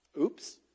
oops